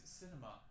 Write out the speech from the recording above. cinema